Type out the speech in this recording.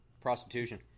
Prostitution